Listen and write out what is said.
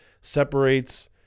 separates